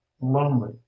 Lonely